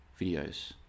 videos